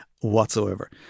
whatsoever